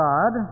God